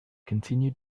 continue